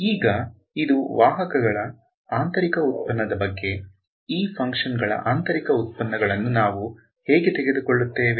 ಈಗ ಇದು ವಾಹಕಗಳ ಆಂತರಿಕ ಉತ್ಪನ್ನದ ಬಗ್ಗೆ ಈ ಫಂಕ್ಷನ್ ಗಳ ಆಂತರಿಕ ಉತ್ಪನ್ನಗಳನ್ನು ನಾವು ಹೇಗೆ ತೆಗೆದುಕೊಳ್ಳುತ್ತೇವೆ